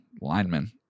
linemen